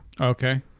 okay